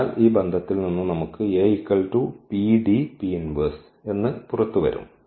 അതിനാൽ ഈ ബന്ധത്തിൽ നിന്ന് നമുക്ക് എന്ന് പുറത്തുവരും